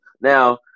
Now